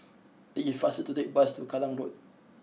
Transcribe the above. it is faster to take the bus to Kallang Road